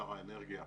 שר האנרגיה,